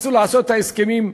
רצו לעשות את ההסכמים בגוש-קטיף.